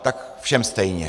Tak všem stejně.